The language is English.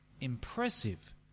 Impressive